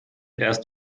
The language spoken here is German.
erst